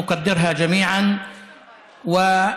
אני רוצה להודות לך בשם כל חברי הכנסת שלנו ובשם